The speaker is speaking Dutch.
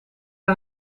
aan